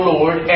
Lord